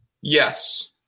Yes